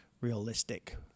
realistic